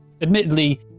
Admittedly